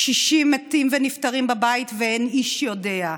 קשישים מתים ונפטרים בבית ואין איש יודע.